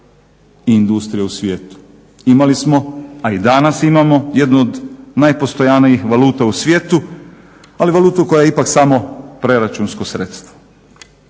i industrije u svijetu. Imali smo, a i danas imamo jednu od najpostojanijih valuta u svijetu, ali valutu koja je ipak samo preračunsko sredstvo.